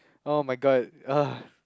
!oh-my-god! !ugh!